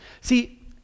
See